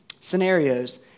scenarios